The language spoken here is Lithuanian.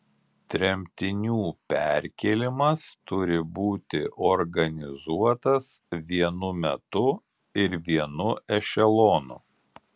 tremtinių perkėlimas turi būti organizuotas vienu metu ir vienu ešelonu